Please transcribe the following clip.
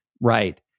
right